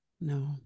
No